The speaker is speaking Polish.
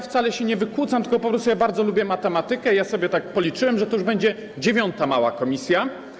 Wcale się nie wykłócam, tylko po prostu bardzo lubię matematykę i policzyłem, że to już będzie dziewiąta mała komisja.